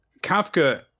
Kafka